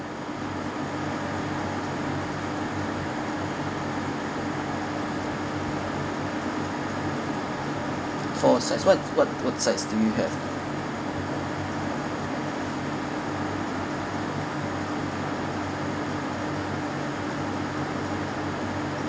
four sides what what what sides do you have